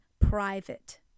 private